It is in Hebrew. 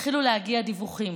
והתחילו להגיע דיווחים